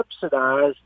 subsidized